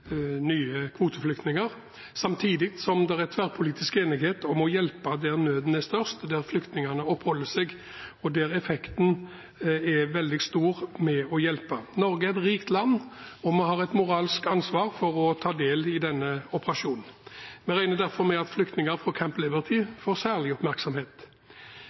nye kvoteflyktninger, samtidig som det er tverrpolitisk enighet om å hjelpe der nøden er størst – der flyktningene oppholder seg – og der effekten er veldig stor ved å hjelpe. Norge er et rikt land, og vi har et moralsk ansvar for å ta del i denne operasjonen. Vi regner derfor med at flyktninger fra Camp Liberty får særlig oppmerksomhet.